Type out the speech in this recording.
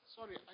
Sorry